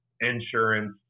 insurance